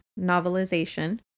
novelization